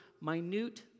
minute